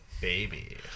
baby